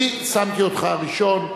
אני שמתי אותך הראשון.